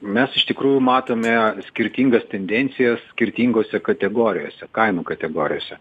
mes iš tikrųjų matome skirtingas tendencijas skirtingose kategorijose kainų kategorijose